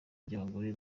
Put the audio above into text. by’abagore